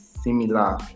similar